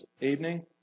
evening